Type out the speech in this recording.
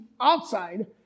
outside